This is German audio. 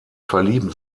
verlieben